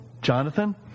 Jonathan